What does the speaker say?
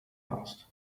asked